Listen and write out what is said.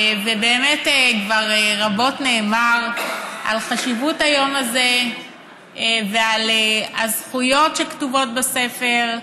ובאמת כבר רבות נאמר על חשיבות היום הזה ועל הזכויות שכתובות בספר.